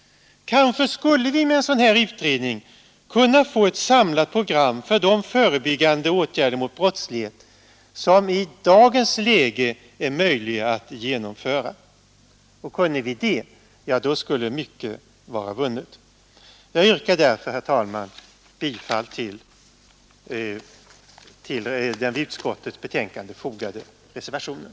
Kanske skulle vi med en sådan här utredning kunna få ett samlat program för de förebyggande åtgärder mot brottslighet som i dagens läge är möjliga att genomföra — och kunde vi det, då skulle mycket vara vunnet. Jag yrkar därför, herr talman, bifall till den vid utskottets betänkande fogade reservationen.